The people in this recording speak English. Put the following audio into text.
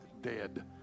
dead